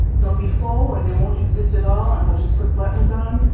they'll be faux or they won't exist at all, and we'll just put buttons on,